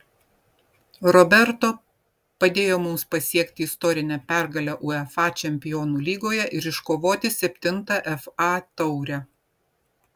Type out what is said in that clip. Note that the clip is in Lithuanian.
roberto padėjo mums pasiekti istorinę pergalę uefa čempionų lygoje ir iškovoti septintą fa taurę